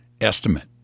estimate